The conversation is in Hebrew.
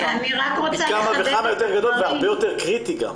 והעומס שם פי כמה יותר גדול והרבה יותר קריטי.